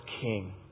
king